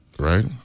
right